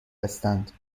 هستند